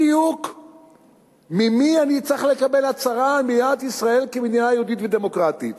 בדיוק ממי אני צריך לקבל הצהרה על מדינת ישראל כמדינה יהודית ודמוקרטית,